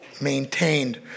maintained